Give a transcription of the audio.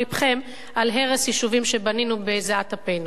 אני רואה אותך על האוטובוסים וזה מספיק לי.